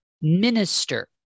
minister